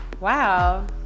wow